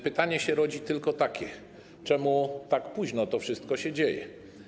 Pytanie się rodzi tylko takie: Czemu tak późno to wszystko się dzieje?